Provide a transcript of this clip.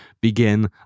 Begin